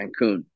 Cancun